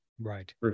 Right